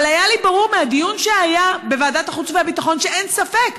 אבל היה לי ברור מהדיון שהיה בוועדת החוץ והביטחון שאין ספק,